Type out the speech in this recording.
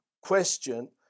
question